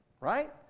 right